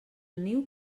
niu